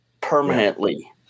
permanently